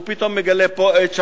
הוא פתאום מגלה פה עץ,